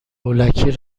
هولکی